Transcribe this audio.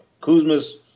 Kuzma's